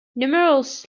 numerous